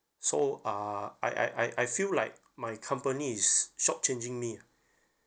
uh I I I feel like my company is short changing me